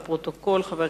לפרוטוקול.